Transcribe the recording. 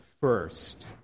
first